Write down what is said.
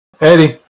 Eddie